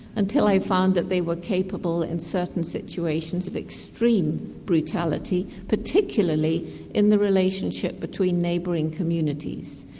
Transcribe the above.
until i found that they were capable in certain situations of extreme brutality, particularly in the relationship between neighbouring communities.